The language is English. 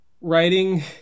writing